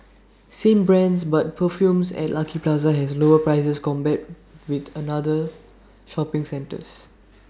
same brands but perfumes at Lucky Plaza has lower prices compared with other shopping centres